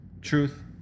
truth